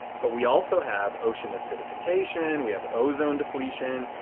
but we also have ocean acidification. we have ozone depletion.